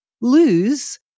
lose